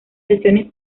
sesiones